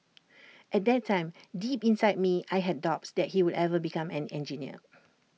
at that time deep inside me I had doubts that he would ever become an engineer